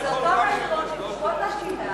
אבל זה אותו מחירון של קופות השיניים.